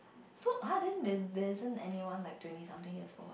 so [huh] then there there isn't anyone like twenty something years old